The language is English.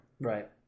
right